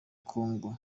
congo